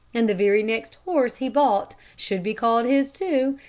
and the very next horse he bought should be called his, too,